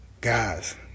Guys